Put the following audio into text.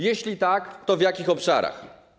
Jeśli tak, to w jakich obszarach?